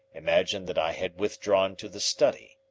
imagined that i had withdrawn to the study.